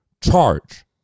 charge